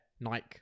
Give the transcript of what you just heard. Nike